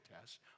test